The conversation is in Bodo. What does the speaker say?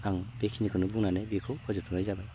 आं बेखिनिखोनो बुंनानै बेखौ फोजोबथ'नाय जाबाय